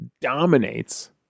dominates